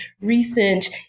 recent